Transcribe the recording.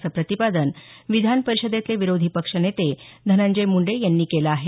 असं प्रतिपादन विधान परिषदेतले विरोधी पक्षनेते धनंजय मुंडे यांनी केलं आहे